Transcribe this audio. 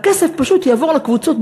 הכסף פשוט יעבור לקבוצות,